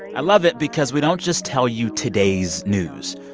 i love it because we don't just tell you today's news.